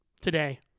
Today